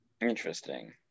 Interesting